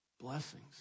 Blessings